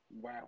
Wow